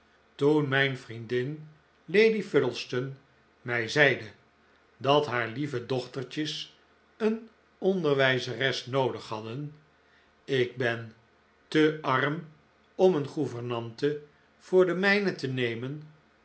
toen mijn vriendin lady fuddleston mij zeide dat haar lieve dochtertjes een onderwijzeres noodig hadden ik ben te arm om een gouvernante voor de mijne te nemen